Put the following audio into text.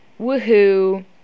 woohoo